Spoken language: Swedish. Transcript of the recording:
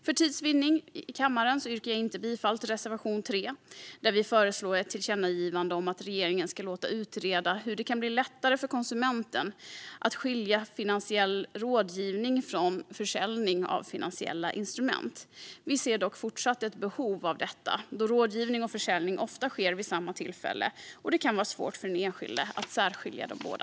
För tids vinnande i kammaren yrkar jag inte bifall till reservation 3, där vi föreslår ett tillkännagivande om att regeringen ska låta utreda hur det kan bli lättare för konsumenten att skilja finansiell rådgivning från försäljning av finansiella instrument. Vi ser dock fortsatt ett behov av detta, då rådgivning och försäljning ofta sker vid samma tillfälle och då det kan vara svårt för den enskilde att särskilja de båda.